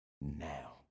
now